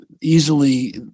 easily